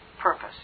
purpose